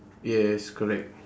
yes correct